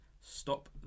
Stop